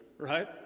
Right